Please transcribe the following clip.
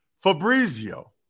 Fabrizio